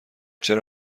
چرا